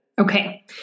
Okay